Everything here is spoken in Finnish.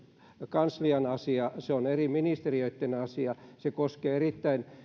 kanslian asia se on eri ministeriöitten asia se koskee erittäin